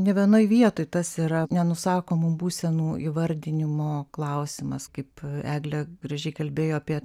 ne vienoj vietoj tas yra nenusakomų būsenų įvardinimo klausimas kaip eglė gražiai kalbėjo apie